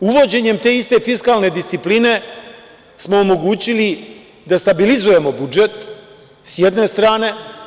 Uvođenjem te iste fiskalne discipline smo omogućili da stabilizujemo budžet, s jedne strane.